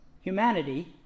humanity